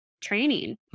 training